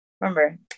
remember